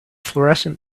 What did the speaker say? florescent